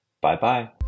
Bye-bye